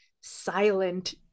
silent